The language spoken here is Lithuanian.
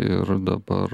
ir dabar